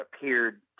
appeared